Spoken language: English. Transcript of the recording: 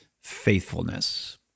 faithfulness